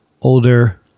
older